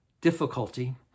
difficulty